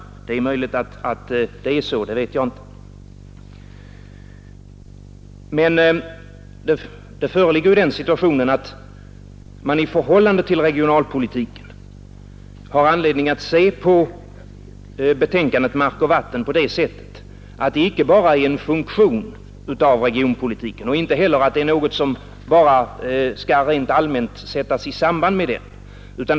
Det är möjligt att det är så, det vet jag inte. I förhållande till regionalpolitiken har man emellertid anledning att granska betänkandet Hushållning med mark och vatten på det sättet att det inte bara fyller en funktion i regionpolitiken och inte heller bara rent allmänt skall sättas i samband med den.